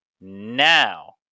Now